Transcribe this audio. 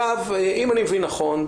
אם אני מבין נכון,